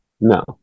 no